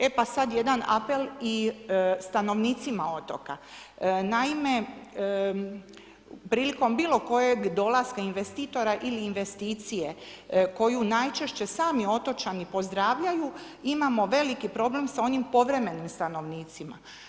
E pa sad jedan apel i stanovnicima otoka, naime, prilikom bilo kojeg dolaska investitora ili investicije koju najčešće sami otočani pozdravljaju, imamo veliki problem sa onim povremenim stanovnicima.